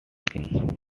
king